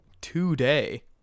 today